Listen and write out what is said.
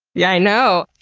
yeah, i know.